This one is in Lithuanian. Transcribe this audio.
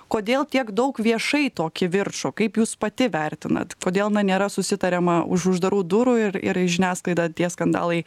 kodėl tiek daug viešai to kivirčo kaip jūs pati vertinat kodėl na nėra susitariama už uždarų durų ir ir į žiniasklaidą tie skandalai